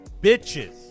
bitches